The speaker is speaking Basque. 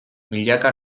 milaka